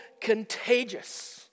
contagious